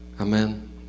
amen